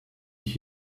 ich